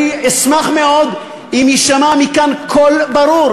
אני אשמח מאוד אם יישמע מכאן קול ברור.